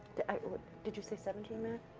did you say seventeen, matt?